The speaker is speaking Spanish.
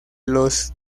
los